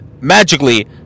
magically